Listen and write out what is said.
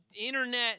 internet